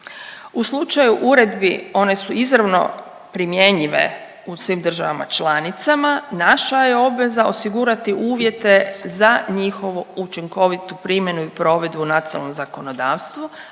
U slučaju uredbi one su izravno primjenjive u svim državama članicama. Naša je obveza osigurati uvjete za njihovu učinkovitu primjenu i provedbu u nacionalnom zakonodavstvu,